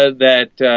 ah that